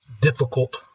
difficult